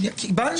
קיבלנו